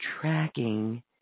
tracking